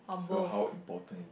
so how important is